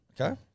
Okay